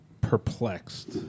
perplexed